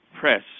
press